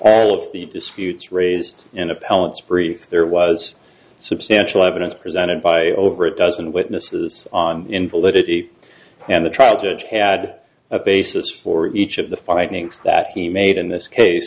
all of the disputes raised in appellant's brief there was substantial evidence presented by over a dozen witnesses on invalidity and the trial judge had a basis for each of the findings that he made in this case